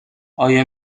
آیا